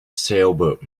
sailboat